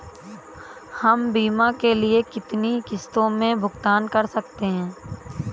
हम बीमा के लिए कितनी किश्तों में भुगतान कर सकते हैं?